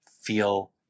feel